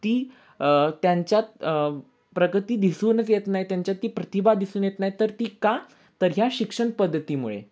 ती त्यांच्यात प्रगती दिसूनच येत नाही त्यांच्यात ती प्रतिभा दिसून येत नाही तर ती का तर ह्या शिक्षण पद्धतीमुळे